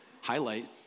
highlight